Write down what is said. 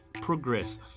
progressive